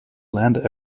land